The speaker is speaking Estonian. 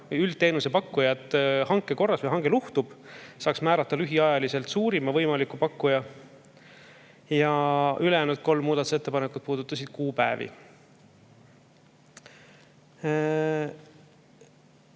üldteenuse pakkujat hanke korras ja hange luhtub, määrata lühiajaliselt suurima võimaliku pakkuja. Ülejäänud kolm muudatusettepanekut puudutasid kuupäevi.